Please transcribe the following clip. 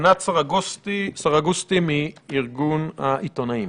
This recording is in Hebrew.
ענת סרגוסטי מארגון העיתונאים.